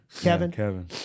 Kevin